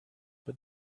but